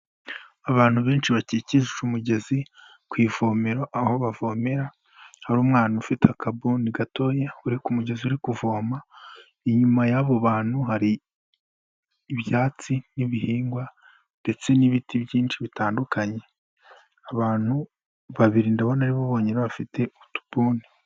Abantu benshi bakikije umugezi ku ivomero aho bavomera, hari umwana ufite akabuni gatoya uri ku mugezi uri kuvoma, inyuma y'abo bantu hari ibyatsi n'ibihingwa ndetse n'ibiti byinshi bitandukanye, abantu babiri ndabona ari bo bonyine bafite utubuni.